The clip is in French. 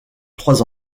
trois